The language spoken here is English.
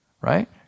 Right